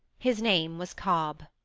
his name was cobb.